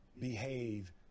behave